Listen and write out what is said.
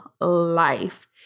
life